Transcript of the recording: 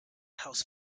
house